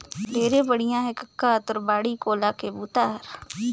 ढेरे बड़िया हे कका तोर बाड़ी कोला के बूता हर